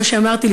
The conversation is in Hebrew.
כמו שאמרתי,